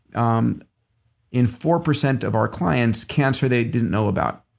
um in four percent of our clients, cancer they didn't know about.